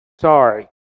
Sorry